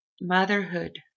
motherhood